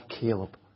Caleb